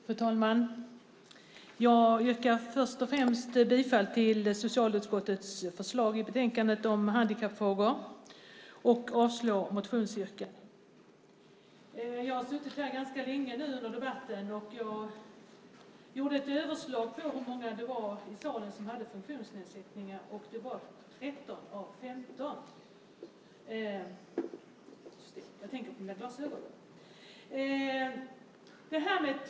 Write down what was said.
Fru talman! Jag yrkar först och främst bifall till socialutskottets förslag i betänkandet om handikappfrågor och avslår motionsyrkandena. Jag har nu suttit här ganska länge under debatten och har gjort ett överslag av hur många i salen som har funktionsnedsättningar, och det var 13 av 15. Jag tänker på dem som bär glasögon.